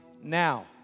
now